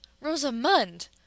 Rosamund